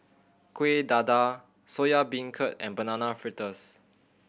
Kueh Dadar Soya Beancurd and Banana Fritters